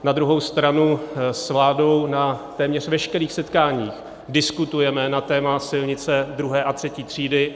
Na druhou stranu s vládou na téměř veškerých setkáních diskutujeme na téma silnice druhé a třetí třídy.